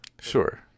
Sure